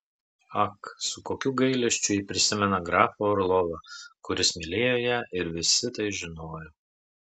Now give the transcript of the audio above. ak su kokiu gailesčiu ji prisimena grafą orlovą kuris mylėjo ją ir visi tai žinojo